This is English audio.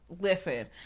Listen